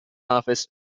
office